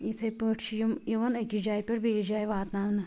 یتھٔے پٲٹھۍ چھِ یِم یوان اکِس جاے پٮ۪ٹھ بیٚیِس جاے واتناونہٕ